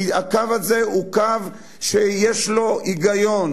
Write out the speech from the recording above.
כי הקו הזה הוא קו שיש בו היגיון,